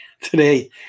today